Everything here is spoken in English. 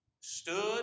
stood